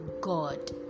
God